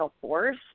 force